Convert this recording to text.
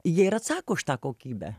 jie ir atsako už tą kokybę